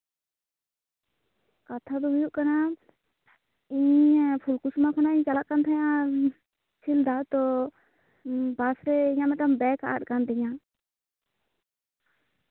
ᱠᱟᱛᱷᱟ ᱫᱚ ᱦᱩᱭᱩᱜ ᱠᱟᱱᱟ ᱤᱧ ᱯᱷᱩᱞᱠᱩᱥᱢᱟ ᱠᱷᱚᱱᱤᱧ ᱪᱟᱞᱟᱜ ᱠᱟᱱ ᱛᱟᱦᱮᱱᱟ ᱥᱤᱞᱫᱟ ᱛᱳ ᱵᱟᱥᱨᱮ ᱤᱧᱟᱹᱜ ᱢᱤᱫᱴᱮᱱ ᱵᱮᱜ ᱟᱫ ᱟᱠᱟᱱ ᱛᱤᱧᱟᱹ